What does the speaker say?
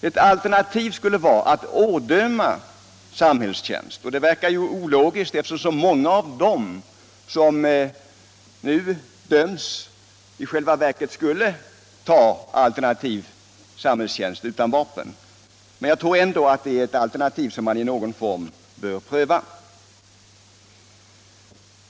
Ett alternativ skulle vara att ådöma samhällstjänst. Det verkar ologiskt, eftersom många av dem som nu döms till fängelse i själva verket skulle vilja ha alternativ samhällstjänst utan vapen. Men jag tror ändå att det är ett alternativ man i någon form bör pröva.